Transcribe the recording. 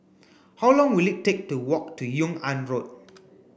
how long will it take to walk to Yung An Road